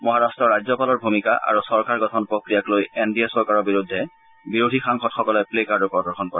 মহাৰাট্টৰ ৰাজ্যপালৰ ভূমিকা আৰু চৰকাৰ গঠন প্ৰক্ৰিয়াক লৈ এন ডি এ চৰকাৰৰ বিৰুদ্ধে বিৰোধী সাংসদসকলে প্লেকাৰ্ডো প্ৰদৰ্শন কৰে